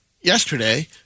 yesterday